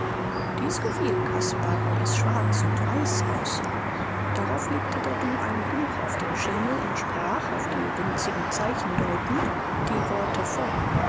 dies gefiel caspar weil es schwarz und weiß aussah darauf legte der du ein buch auf den schemel und sprach auf die winzigen zeichen deutend die worte vor